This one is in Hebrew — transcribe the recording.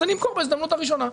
אז אני אמכור בהזדמנות הראשונה.